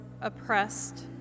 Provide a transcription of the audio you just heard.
oppressed